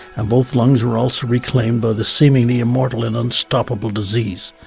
and both lungs were also reclaimed by the seemingly and mortal and unstoppable disease.